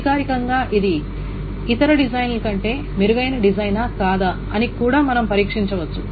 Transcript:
అధికారికంగా ఇది ఇతర డిజైన్ కంటే మెరుగైన డిజైనా కాదా అని కూడా మనం పరీక్షించవచ్చు